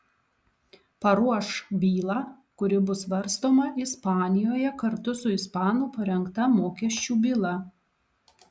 paruoš bylą kuri bus svarstoma ispanijoje kartu su ispanų parengta mokesčių byla